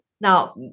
now